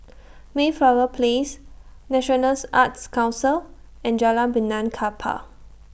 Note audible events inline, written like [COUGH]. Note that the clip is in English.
[NOISE] Mayflower Place National [NOISE] Arts Council and Jalan Benaan Kapal